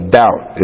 doubt